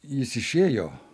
jis išėjo